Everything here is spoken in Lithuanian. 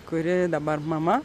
kuri dabar mama